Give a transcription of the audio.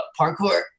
parkour